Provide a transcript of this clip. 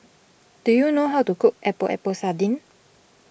do you know how to cook Epok Epok Sardin